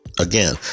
again